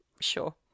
sure